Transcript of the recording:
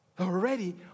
already